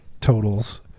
totals